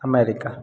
America